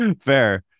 Fair